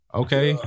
okay